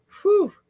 Whew